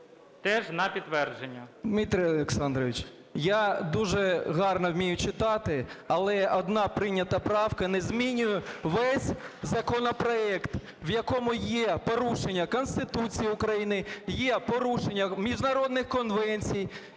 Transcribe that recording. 13:02:49 ПОЛЯКОВ А.Е. Дмитре Олександровичу, я дуже гарно вмію читати, але одна прийнята правка не змінює весь законопроект, в якому є порушення Конституції України, є порушення міжнародних конвенцій,